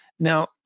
Now